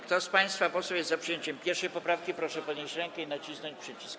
Kto z państwa posłów jest za przyjęciem 1. poprawki, proszę podnieść rękę i nacisnąć przycisk.